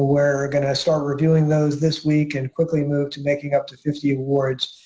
we're going to start reviewing those this week and quickly move to making up to fifty awards.